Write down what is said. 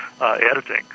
editing